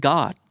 God